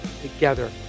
together